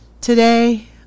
Today